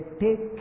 take